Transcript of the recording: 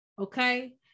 Okay